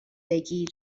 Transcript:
بگیر